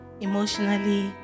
emotionally